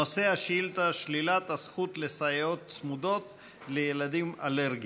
נושא השאילתה: שלילת הזכות לסייעות צמודות לילדים אלרגיים.